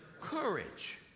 courage